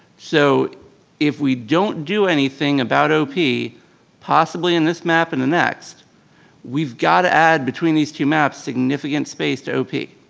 so if we don't do anything about ah op possibly in this map and the next we've got to add between these two maps significant space to op.